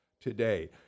today